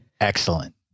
Excellent